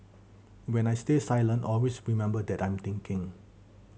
when I stay silent always remember that I'm thinking